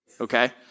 okay